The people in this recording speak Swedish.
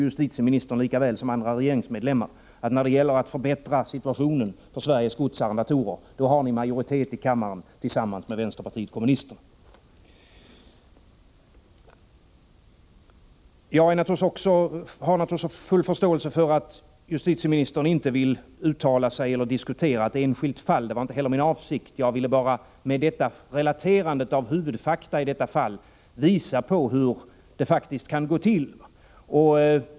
Justitieministern vet ju lika väl som andra regeringsmedlemmar att regeringens förslag när det gäller att förbättra situationen för Sveriges godsarrendatorer får vänsterpartiet kommunisternas stöd och därmed majoritet i kammaren. Jag har naturligtvis full förståelse för att justitieministern inte vill diskutera ett enskilt fall. Det var inte heller min avsikt. Jag ville bara med relaterande av huvudfakta i detta fall visa på hur det faktiskt kan gå till.